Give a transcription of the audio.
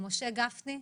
משה גפני.